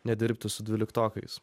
nedirbti su dvyliktokais